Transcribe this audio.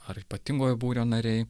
ar ypatingojo būrio nariai